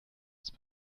ist